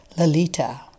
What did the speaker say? Lalita